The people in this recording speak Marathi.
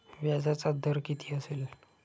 व्याजाचा दर किती असेल?